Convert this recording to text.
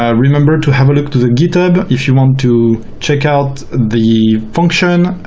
remember to have a look to the github if you want to check out the function